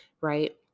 right